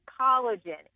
collagen